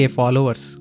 followers